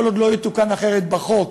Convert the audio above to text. כל עוד לא יתוקן אחרת בחוק,